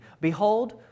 Behold